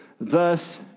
thus